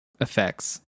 effects